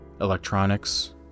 electronics